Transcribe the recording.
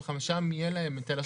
שם יהיה להם היטל השבחה.